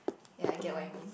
ya it get what I mean